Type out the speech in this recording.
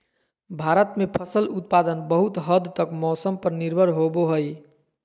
भारत में फसल उत्पादन बहुत हद तक मौसम पर निर्भर होबो हइ